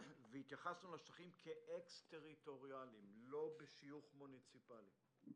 התייחסנו לשטחים כאקס-טריטוריאליים ולא בשיוך מוניציפלי.